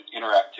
interactivity